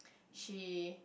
she